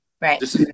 Right